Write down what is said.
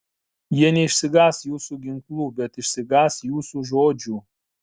jie neišsigąs jūsų ginklų bet išsigąs jūsų žodžių